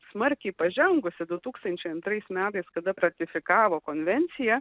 smarkiai pažengusi du tukstančiai antrais metais kada ratifikavo konvenciją